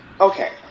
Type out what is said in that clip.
okay